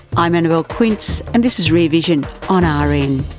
i'm annabelle quince, and this is rear vision on ah rn